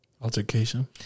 altercation